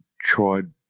tried